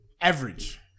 Average